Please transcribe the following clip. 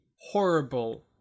horrible